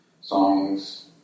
songs